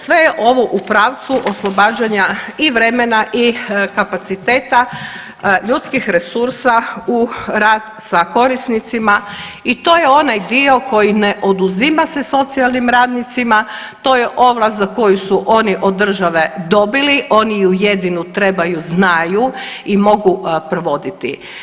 Sve je ovo u pravcu oslobađanja i vremena i kapaciteta ljudskih resursa u rad sa korisnicima i to je onaj dio koji ne oduzima se socijalnim radnicima, to je ovlast za koju su oni od države dobili, oni ju jedinu trebaju znaju i mogu provoditi.